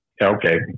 Okay